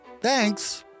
Thanks